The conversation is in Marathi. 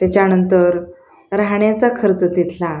त्याच्यानंतर राहण्याचा खर्च तिथला